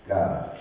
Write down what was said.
God